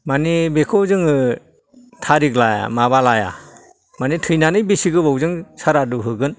माने बेखौ जोङो थारिक लाया माबा लाया माने थैनानै बेसे गोबावजों सारादु होगोन